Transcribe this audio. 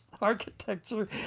architecture